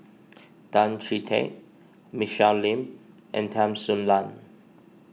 Tan Chee Teck Michelle Lim and Tan Soo Nan